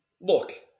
Look